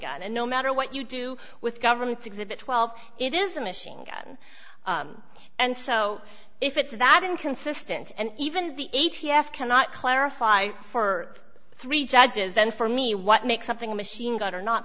gun and no matter what you do with government's exhibit twelve it is a machine gun and so if it's that inconsistent and even the a t f cannot clarify for three judges then for me what makes something a machine gun or not